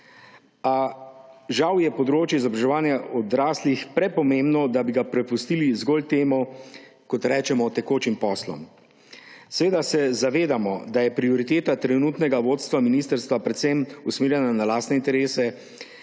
A žal je področje izobraževanja odraslih prepomembno, da bi ga prepustili zgolj, kot rečemo, tekočim poslom. Seveda se zavedamo, da je prioriteta trenutnega vodstva ministrstva predvsem usmerjena na lastne interese